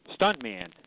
stuntman